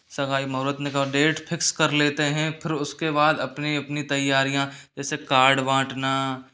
सगाई मुहूर्त date fix कर लेते हैं फिर उसके बाद अपनी अपनी तैयारियाँ जैसे कार्ड बाँटना